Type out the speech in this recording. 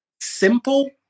simple